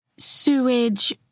Sewage